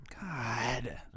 god